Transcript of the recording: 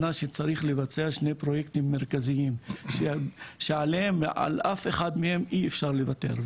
צריך לבצע שני פרויקטים מרכזיים שעל אף אחד מהם אי אפשר לוותר.